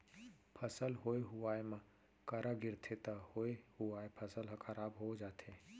फसल होए हुवाए म करा गिरगे त होए हुवाए फसल ह खराब हो जाथे